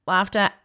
laughter